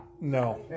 No